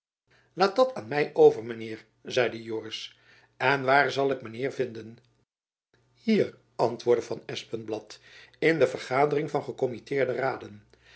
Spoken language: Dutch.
lait dat an mijn over men heir zeide joris en wair zal ik men heir vinden hier antwoordde van espenblad in de vergadering van gekomitteerde raden